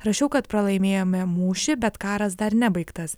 rašiau kad pralaimėjome mūšį bet karas dar nebaigtas